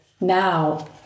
now